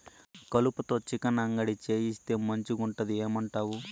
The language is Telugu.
కలుపతో చికెన్ అంగడి చేయిస్తే మంచిగుంటది ఏమంటావు